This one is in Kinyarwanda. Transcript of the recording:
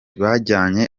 bajyanye